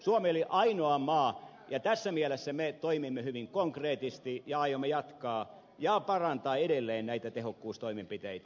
suomi oli ainoa maa ja tässä mielessä me toimimme hyvin konkreettisesti ja aiomme jatkaa ja parantaa edelleen näitä tehokkuustoimenpiteitä